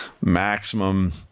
maximum